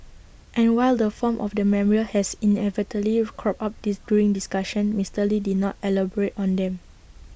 and while the form of the memorial has inevitably cropped up this during discussions Mister lee did not elaborate on them